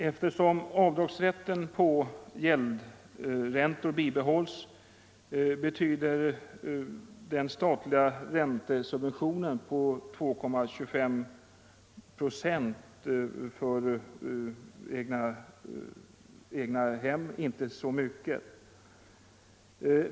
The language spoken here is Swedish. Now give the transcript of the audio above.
Eftersom avdragsrätten på gäldräntan bibehålls betyder den statliga räntesubventionen på 2,25 procent för egnahem inte så mycket.